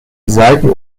saiten